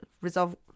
resolve